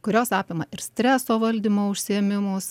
kurios apima ir streso valdymo užsiėmimus